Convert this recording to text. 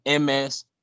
MS